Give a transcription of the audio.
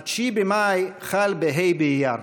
9 במאי חל בה' באייר.